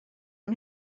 yng